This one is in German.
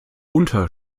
unter